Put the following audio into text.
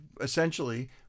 essentially